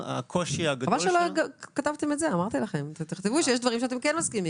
חבל שלא כתבתם את זה, שיש דברים שאתם כן מסכימים.